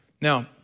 Now